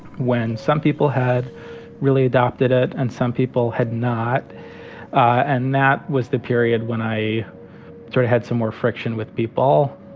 when some people had really adopted it and some people had not and that was the period when i sort of had some more friction with people